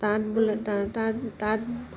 তাঁত বোলে তা তাঁত তাঁত